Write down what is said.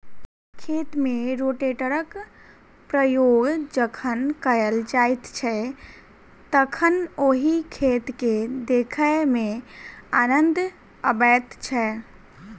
खेत मे रोटेटरक प्रयोग जखन कयल जाइत छै तखन ओहि खेत के देखय मे आनन्द अबैत छै